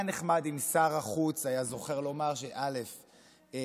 היה נחמד אם שר החוץ היה זוכר לומר שזה פייק.